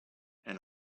and